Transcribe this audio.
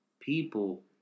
People